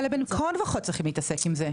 אבל הם בין כה וכה צריכים להתעסק עם זה.